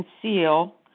conceal